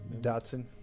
Dotson